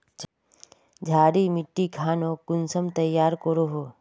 क्षारी मिट्टी खानोक कुंसम तैयार करोहो?